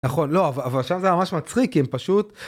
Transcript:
נכון, לא, אבל שם זה ממש מצחיק, כי הם פשוט...